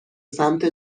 سمت